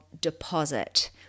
deposit